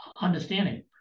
understanding